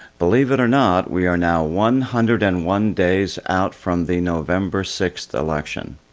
believe it or not, we are now one hundred and one days out from the november sixth election.